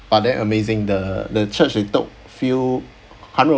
but then amazing the the church we took few hundred